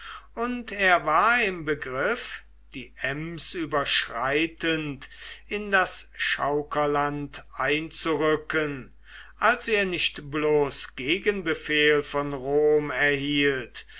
und er war im begriff die ems überschreitend in das chaukerland einzurücken als er nicht bloß gegenbefehl von rom erhielt